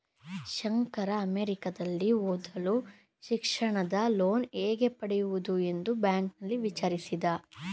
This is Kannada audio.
ಶಂಕರ ಅಮೆರಿಕದಲ್ಲಿ ಓದಲು ಶಿಕ್ಷಣದ ಲೋನ್ ಹೇಗೆ ಪಡೆಯುವುದು ಎಂದು ಬ್ಯಾಂಕ್ನಲ್ಲಿ ವಿಚಾರಿಸಿದ